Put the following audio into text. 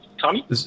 Tommy